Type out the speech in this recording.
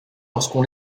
lorsqu’on